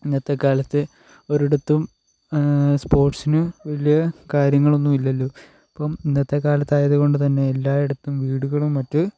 ഇന്നത്തെ കാലത്ത് ഒരിടത്തും സ്പോർട്സിന് വലിയ കാര്യങ്ങളൊന്നും ഇല്ലല്ലോ അപ്പം ഇന്നത്തെ കാലമായതുകൊണ്ട് തന്നെ എല്ലായിടത്തും വീടുകളും മറ്റ്